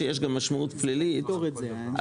ואני חושב שיש מקום לשקול את זה ברצינות,